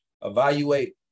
Evaluate